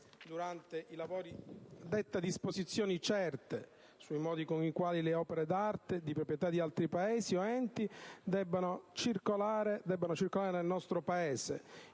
durante i lavori, detta disposizioni certe sui modi con i quali le opere d'arte, di proprietà di altri Paesi o enti, debbano circolare nel nostro Paese.